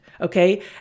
Okay